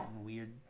weird